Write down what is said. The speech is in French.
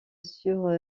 sur